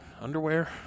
underwear